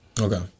Okay